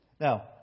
Now